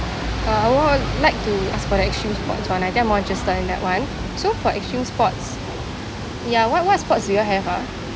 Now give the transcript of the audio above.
uh I would like to ask for the extreme sports one I think I'm more interested in that one so for extreme sports ya what what sports do you all have ah